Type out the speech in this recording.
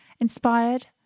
Inspired